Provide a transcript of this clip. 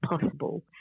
possible